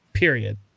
period